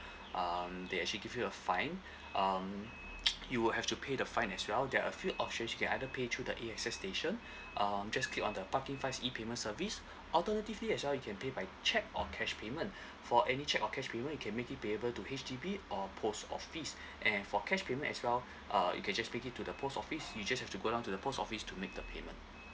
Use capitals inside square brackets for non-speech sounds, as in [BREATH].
[BREATH] um they actually give you a fine [BREATH] um you would have to pay the fine as well there are a few option you can either pay through the A_X_S station [BREATH] um just click on the parking fines e payment service [BREATH] alternatively as well you can pay by check or cash payment [BREATH] for any check or cash payment you can make it payable to H_D_B or post office [BREATH] and for cash payment as well [BREATH] uh you can just pay it to the post office you just have to go down to the post office to make the payment